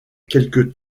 quelques